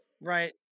Right